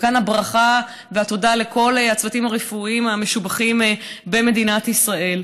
וכאן הברכה והתודה לכל הצוותים הרפואיים המשובחים במדינת ישראל.